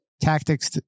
tactics